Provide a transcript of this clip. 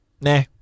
Nah